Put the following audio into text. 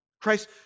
Christ